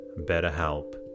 BetterHelp